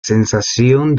sensación